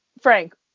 Frank